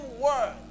word